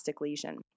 lesion